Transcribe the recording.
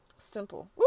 Simple